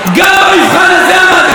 גם במבחן הזה עמדתי.